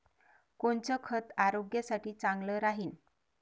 कोनचं खत आरोग्यासाठी चांगलं राहीन?